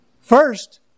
First